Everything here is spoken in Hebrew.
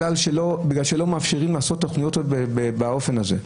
כי לא מאפשרים לעשות תכניות באופן הזה.